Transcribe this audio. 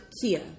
Kia